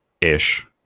ish